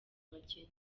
abakene